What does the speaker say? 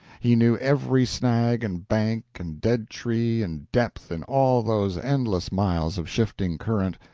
he knew every snag and bank and dead tree and depth in all those endless miles of shifting current,